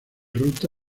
ruta